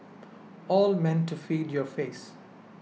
all meant to feed your face